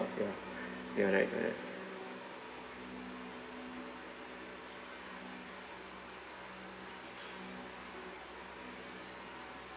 ya ya right correct